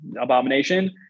abomination